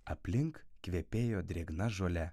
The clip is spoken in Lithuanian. aplink kvepėjo drėgna žole